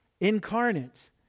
incarnate